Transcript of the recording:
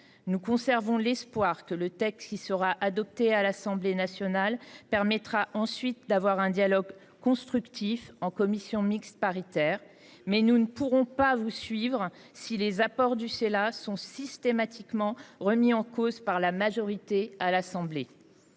Nous conservons l’espoir que le texte qui sera adopté à l’Assemblée nationale permettra la tenue d’un dialogue constructif en commission mixte paritaire. Toutefois, nous ne pourrons pas vous suivre, monsieur le ministre, si les apports du Sénat sont systématiquement remis en cause par la majorité à l’Assemblée